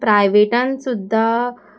प्रायवेटान सुद्दां